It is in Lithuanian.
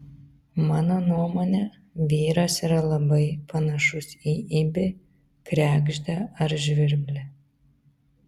mano nuomone vyras yra labai panašus į ibį kregždę ar žvirblį